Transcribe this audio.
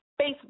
Facebook